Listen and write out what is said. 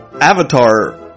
Avatar